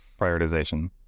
prioritization